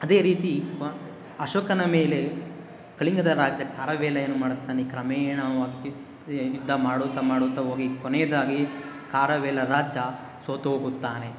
ಅದೇ ರೀತಿ ಅಶೋಕನ ಮೇಲೆ ಕಳಿಂಗದ ರಾಜ ಖಾರವೇಲ ಏನು ಮಾಡುತ್ತಾನೆ ಕ್ರಮೇಣವಾಗಿ ಯುದ್ಧ ಮಾಡುತ್ತಾ ಮಾಡುತ್ತಾ ಹೋಗಿ ಕೊನೆಯದಾಗಿ ಖಾರವೇಲ ರಾಜ ಸೋತು ಹೋಗುತ್ತಾನೆ